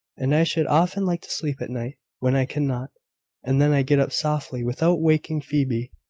and i should often like to sleep at night when i cannot and then i get up softly, without waking phoebe,